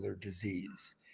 disease